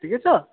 ठिकै छ